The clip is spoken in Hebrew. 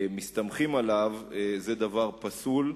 מסתמכים עליו זה דבר פסול.